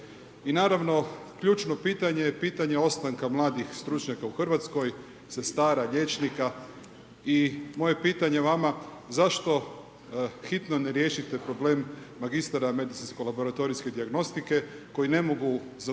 I naravno, ključno pitanje, je pitanje ostanka mladih stručnjaka u Hrvatskoj, sestara, liječnika i moje pitanje vama, zašto hitno ne riješite problem magistara medicinsko laboratorijske dijagnostike koji ne mogu dobiti